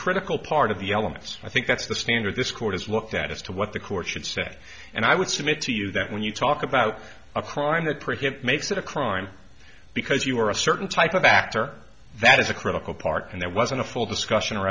critical part of the elements i think that's the standard this court is what that is to what the court should say and i would submit to you that when you talk about a crime that prick it makes it a crime because you are a certain type of actor that is a critical part and there wasn't a full discussion or